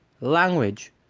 language